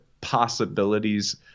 possibilities